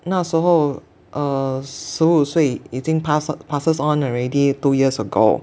那时候 err 十五岁已经 pass~ passes on already two years ago